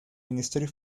ministerio